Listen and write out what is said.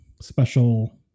special